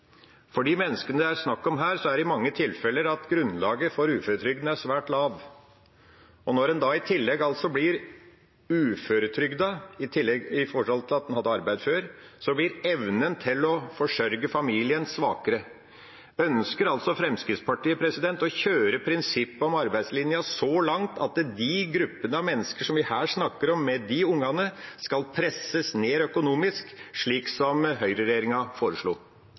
For de menneskene det er snakk om her, er i mange tilfeller grunnlaget for uføretrygden svært lavt, og når en i tillegg blir uføretrygdet etter før å ha vært i arbeid, blir evnen til å forsørge familien svakere. Ønsker altså Fremskrittspartiet å kjøre prinsippet om arbeidslinja så langt at de gruppene av mennesker som vi her snakker om, med de ungene, skal presses ned økonomisk, slik som høyreregjeringa foreslo?